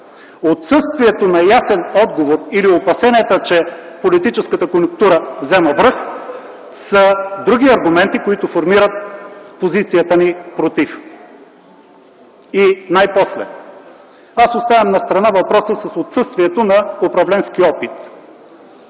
Отсъствието на ясен отговор или опасенията, че политическата конюнктура взема връх, са други аргументи, които формират позицията ни „против”. И най-после. Оставям настрана въпроса с отсъствието на управленски опит.